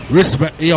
respect